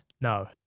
No